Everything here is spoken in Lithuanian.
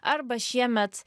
arba šiemet